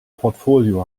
portfolio